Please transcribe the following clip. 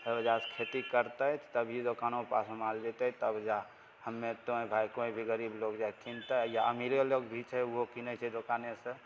ओइ वजहसँ खेती करतइ तभिये दोकानो पर माल जेतइ तब हमे तोहें कोइ भी गरीब लोग जब कीनति या अमीरे लोग ओहो कीनय छै दोकानेसँ